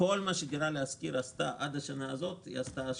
כל מה שדירה להשכיר עשתה עד השנה הזאת בין 2013 2020 היא עשתה השנה.